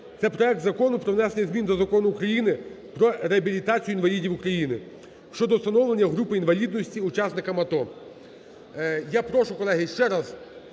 Це проект Закону про внесення зміни до Закону України "Про реабілітацію інвалідів України" щодо встановлення групи інвалідності учасникам АТО. Я прошу, колеги, ще раз